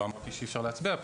לא אמרתי שאי-אפשר להצביע.